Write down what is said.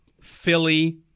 Philly